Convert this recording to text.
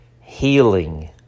healing